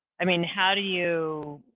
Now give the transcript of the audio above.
i mean, how do you